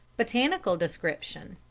botanical description.